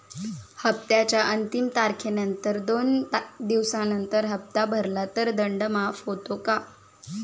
हप्त्याच्या अंतिम तारखेनंतर दोन दिवसानंतर हप्ता भरला तर दंड माफ होतो का?